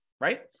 right